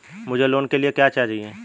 मुझे लोन लेने के लिए क्या चाहिए?